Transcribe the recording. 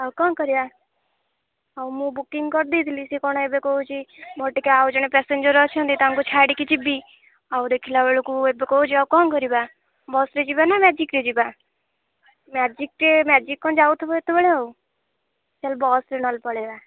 ଆଉ କଣ କରିବା ହଉ ମୁଁ ବୁକିଂ କରିଦେଇଥିଲି ସେ କଣ ଏବେ କହୁଛି ମୋର ଟିକେ ଆଉ ଜଣେ ପ୍ୟାସେଞ୍ଜର୍ ଅଛନ୍ତି ତାଙ୍କୁ ଛାଡ଼ିକି ଯିବି ଆଉ ଦେଖିଲାବେଳକୁ ଏବେ କହୁଛି ଆଉ କଣ କରିବା ବସ୍ରେ ଯିବା ନା ମ୍ୟାଜିକ୍ରେ ଯିବା ମ୍ୟାଜିକ୍ରେ ମ୍ୟାଜିକ୍ କଣ ଯାଉଥିବ ଏତେବେଳେ ଆଉ ସେ ବସ୍ରେ ନହେଲେ ପଳେଇବା